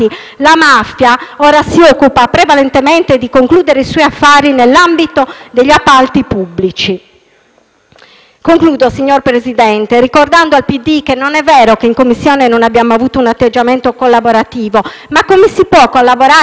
si occupa prevalentemente di concludere i suoi affari nell'ambito degli appalti pubblici. Concludo, signor Presidente, ricordando al PD che non è vero che in Commissione non abbiamo avuto un atteggiamento collaborativo. Mi chiedo però come si possa collaborare con una forza politica che soltanto